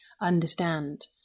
understand